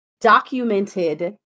documented